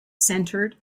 centered